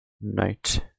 knight